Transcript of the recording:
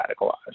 radicalized